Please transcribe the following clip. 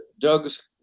Doug's